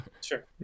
Sure